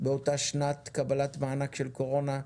בשנת קבלת המענק של הקורונה,